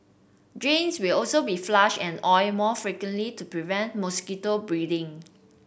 drains will also be flushed and oiled more frequently to prevent mosquito breeding